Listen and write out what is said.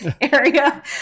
area